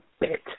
bit